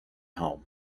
home